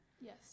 Yes